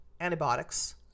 antibiotics